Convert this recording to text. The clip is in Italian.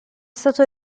stato